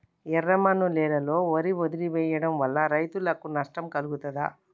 ఎర్రమన్ను నేలలో వరి వదిలివేయడం వల్ల రైతులకు నష్టం కలుగుతదా?